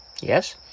Yes